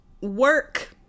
work